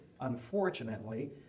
unfortunately